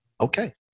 Okay